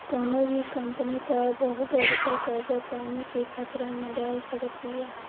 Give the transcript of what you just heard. कवनो भी कंपनी पअ बहुत अधिका कर्जा कंपनी के खतरा में डाल सकत बिया